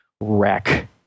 wreck